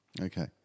Okay